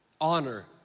Honor